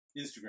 Instagram